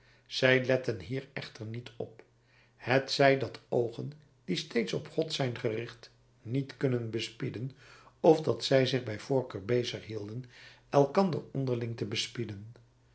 zij letten hier echter niet op hetzij dat oogen die steeds op god zijn gericht niet kunnen bespieden of dat zij zich bij voorkeur bezighielden elkander onderling te bespieden